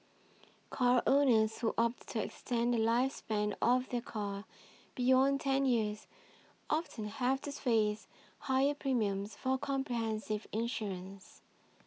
car owners who opt to extend the lifespan of their car beyond ten years often have to face higher premiums for comprehensive insurance